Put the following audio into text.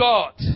God